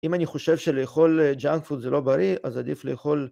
אם אני חושב שלאכול ג'אנג פוד זה לא בריא, אז עדיף לאכול...